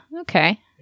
okay